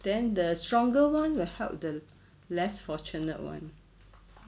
then the stronger one will help the less fortunate one